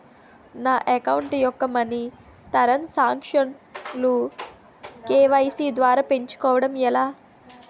నా అకౌంట్ యెక్క money transaction లు కే.వై.సీ ద్వారా పెంచుకోవడం ఎలా?